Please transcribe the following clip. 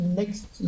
next